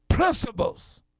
Principles